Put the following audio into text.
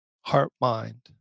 heart-mind